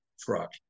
truck